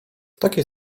takiej